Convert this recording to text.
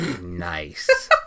nice